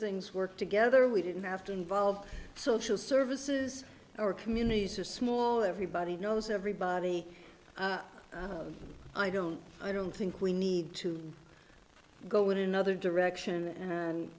things work together we didn't have to involve social services or communities or small everybody knows everybody i don't i don't think we need to go in another direction and